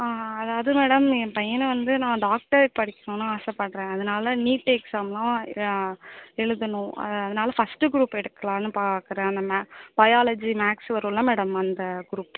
அதாவது மேடம் என் பையனை வந்து நான் டாக்டர் படிக்கணும்ன்னு ஆசைப்பட்றேன் அதனால் நீட் எக்ஸாம்லாம் எழுதணும் அதனால் ஃபர்ஸ்ட் குரூப் எடுக்கலான்னு பார்க்குறேன் அந்த மே பையாலஜி மேக்ஸ் வரும்ல மேடம் அந்த குரூப்